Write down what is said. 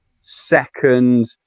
second